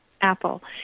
Apple